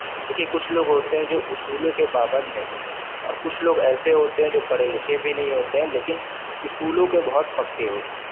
کیونکہ کچھ لوگ ہوتے ہیں جو اصولوں کے پابند نہیں ہوتے ہیں اور کچھ لوگ ایسے ہوتے ہیں جو پڑھے لکھے بھی نہیں ہوتے ہیں لیکن اصولوں کے بہت پکے ہوتے ہیں